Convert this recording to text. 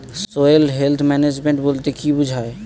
Soil health management বলতে কি বুঝায়?